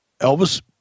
Elvis